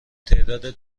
تعداد